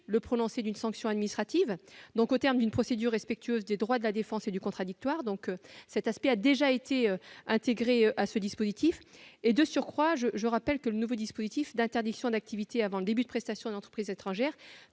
le prononcé d'une sanction administrative, au terme d'une procédure respectueuse des droits de la défense et du contradictoire. Cet aspect a déjà été intégré au dispositif. Je rappelle aussi que le nouveau dispositif d'interdiction d'activité avant le début de la prestation de l'entreprise étrangère